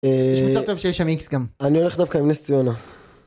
יש מצב טוב שיש שם איקס גם. אני הולך דווקא עם נס ציונה.